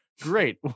Great